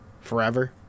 forever